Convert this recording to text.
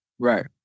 Right